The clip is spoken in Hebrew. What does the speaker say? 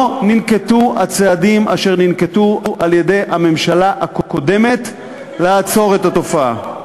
לא ננקטו הצעדים אשר ננקטו על-ידי הממשלה הקודמת כדי לעצור את התופעה.